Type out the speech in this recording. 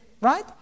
Right